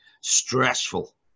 stressful